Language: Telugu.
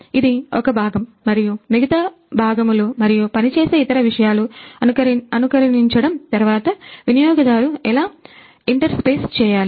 ఇది ఒక భాగం మరియు మిగతా భాగములు మరియు పని చేసే ఇతర విషయాలు అనుకరుణించడం తరువాత వినియోగదారు ఎలా ఇంటర్ఫేస్ చేయాలి